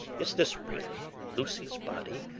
is this really lucy's body,